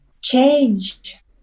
Change